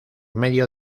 medio